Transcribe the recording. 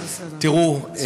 תראו,